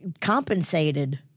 compensated